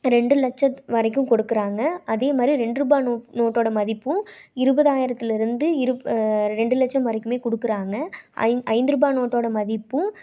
ரெண்டு லட்சத்து வரைக்கும் கொடுக்குறாங்க அதேமாதிரி ரெண்டுருபா நோ நோட்டோட மதிப்பும் இருபதாயிரத்திலருந்து இரு ரெண்டு லட்சம் வரைக்குமே கொடுக்கறாங்க ஐந் ஐந்து ரூபாய் நோட்டோட மதிப்பும்